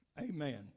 Amen